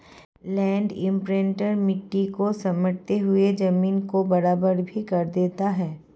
land imprinter मिट्टी को समेटते हुए जमीन को बराबर भी कर देता है